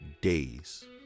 days